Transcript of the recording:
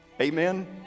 amen